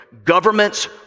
Governments